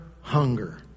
hunger